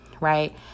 right